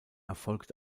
erfolgt